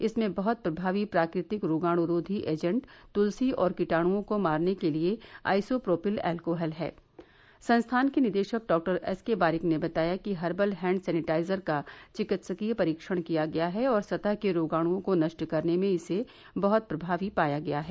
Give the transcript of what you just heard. इसमें बहुत प्रमावी प्राकृतिक रोगाणुरोधी एजेंट तुलसी और कीटाणुओं को मारने के लिए आइसोप्रोपिल एल्कोहल है संस्थान के निदेशक डॉक्टर एस के बारिक ने बताया कि हर्बल हैंड सैनिटाइजर का चिकित्सकीय परीक्षण किया गया है और सतह के रोगाणुओं को नष्ट करने में इसे बहुत प्रभावी पाया गया है